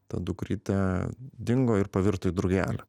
ta dukrytė dingo ir pavirto į drugelį